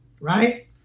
Right